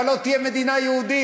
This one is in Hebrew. אבל לא תהיה מדינה יהודית.